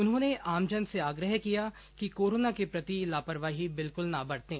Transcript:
उन्होंने आमजन से आग्रह किया कि कोरोना के प्रति लापरवाही बिल्कुल ना बरतें